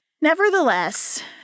Nevertheless